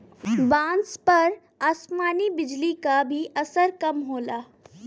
बांस पर आसमानी बिजली क भी असर कम होला